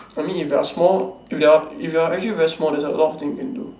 I mean if you're small if you're if you're actually very small there's a lot of thing you can do